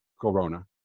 Corona